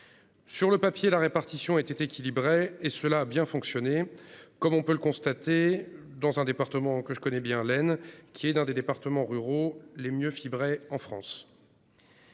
Sur le papier, la répartition était équilibrée et a bien fonctionné, comme on peut le constater dans un territoire que je connais bien, l'Aisne, qui est l'un des départements ruraux les mieux fibrés de France.